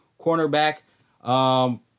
cornerback